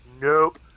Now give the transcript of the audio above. nope